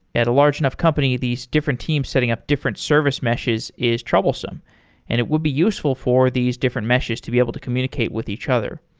at a large enough company, these different teams setting up different service meshes is troublesome and it would be useful for these different meshes to be able to communicate with each other.